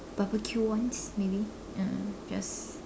barbecue ones maybe ya just